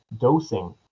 dosing